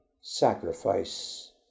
sacrifice